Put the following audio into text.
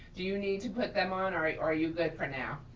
do you need to put them on or are you good for now?